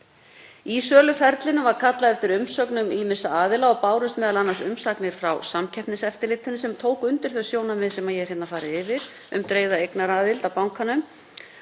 Í söluferlinu var kallað eftir umsögnum ýmissa aðila og bárust m.a. umsagnir frá Samkeppniseftirlitinu þar sem tekið var undir þau sjónarmið sem ég hef farið yfir um dreifða eignaraðild að bankanum